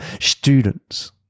students